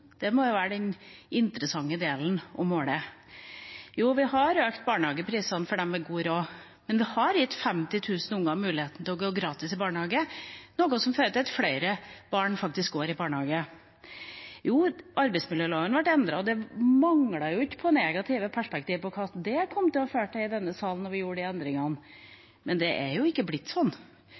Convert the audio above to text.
det må være den interessante delen å måle. Ja – vi har økt barnehageprisene for dem med god råd, men det har gitt 50 000 unger muligheten til gratis barnehage, noe som fører til at flere barn faktisk går i barnehage. Ja – arbeidsmiljøloven ble endret. Det manglet ikke på negative perspektiv i denne salen på hva det kom til å føre til da vi gjorde de endringene, men det har jo ikke blitt sånn.